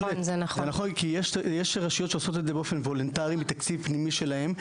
כי יש רשויות שעושות את זה באופן וולונטרי מתקציב פנימי שלהם.